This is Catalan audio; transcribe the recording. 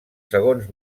segons